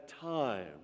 time